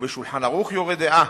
וב"שולחן ערוך", "יורה דעה",